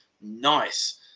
Nice